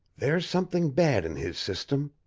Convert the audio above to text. there's something bad in his system.